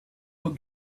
will